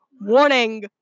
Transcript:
Warning